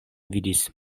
vidis